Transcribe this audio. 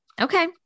Okay